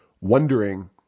wondering